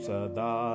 Sada